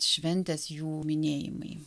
šventės jų minėjimai